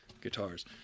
guitars